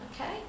Okay